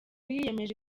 yiyemeje